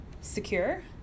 secure